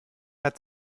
hat